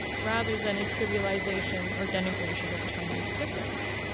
rather than a trivialization or denigration of chinese difference.